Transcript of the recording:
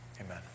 Amen